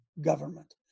government